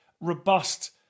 robust